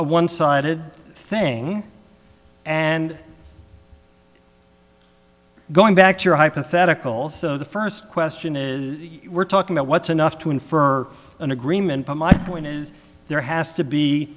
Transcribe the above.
a one sided thing and going back to your hypotheticals so the first question is we're talking about what's enough to infer an agreement but my point is there has to be